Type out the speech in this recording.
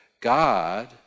God